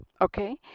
Okay